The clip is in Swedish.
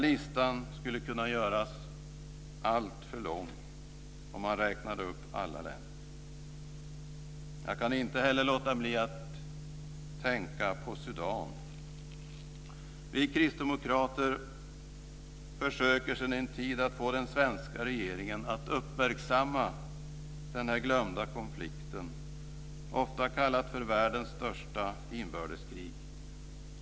Listan skulle kunna göras lång, alltför lång, om man räknade upp alla länder. Jag kan inte heller låta bli att tänka på Sudan. Vi kristdemokrater försöker sedan en tid att få den svenska regeringen att uppmärksamma denna glömda konflikt, ofta kallad för världens största inbördeskrig.